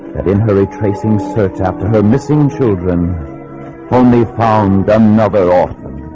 at in hurry tracing search after her missing children only found another offer